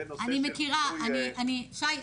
בנושא של --- שי,